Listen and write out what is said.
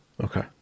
Okay